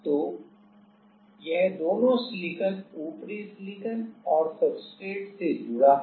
तो यह दोनों सिलिकॉन उपरी सिलिकॉन और सब्सट्रेट से जुड़ा है